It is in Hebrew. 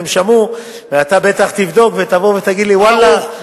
הם שמעו ואתה בטח תבדוק ותבוא ותגיד לי: ואללה,